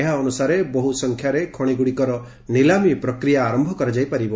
ଏହା ଅନୁସାରେ ବହୁ ସଂଖ୍ୟାରେ ଖଣିଗୁଡ଼ିକର ନିଲାମୀ ପ୍ରକ୍ରିୟା ଆରମ୍ଭ କରାଯାଇପାରିବ